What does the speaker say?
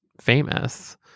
famous